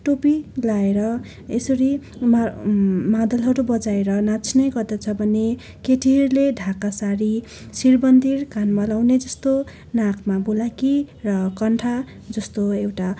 टोपी लगाएर यसरी मा मादलहरू बजाएर नाच्ने गर्दछ भने केटीहरूले ढाका साडी शिरबन्दी कानमा लगाउने जस्तो नाकमा बुलाकी र कन्ठा जस्तो एउटा